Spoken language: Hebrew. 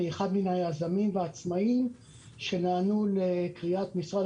אני אחד מן היזמים והעצמאים שנענו לקריאת משרד